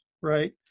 right